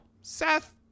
Seth